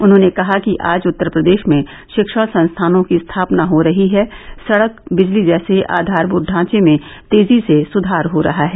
उन्होंने कहा कि आज उत्तर प्रदेश में शिक्षण संस्थानों की स्थापना हो रही है सड़क बिजली जैसे आधारभूत ढांचे में तेजी से सुधार हो रहा है